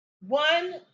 one